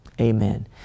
Amen